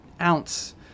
ounce